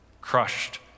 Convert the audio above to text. crushed